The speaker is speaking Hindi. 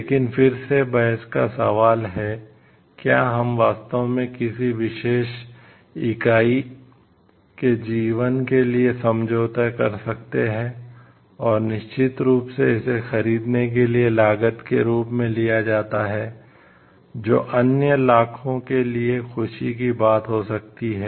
लेकिन फिर से बहस का सवाल है क्या हम वास्तव में किसी विशेष इकाई के जीवन के लिए समझौता कर सकते हैं और निश्चित रूप से इसे खरीदने के लिए लागत के रूप में लिया जाता है जो अन्य लाखों के लिए खुशी की बात हो सकती है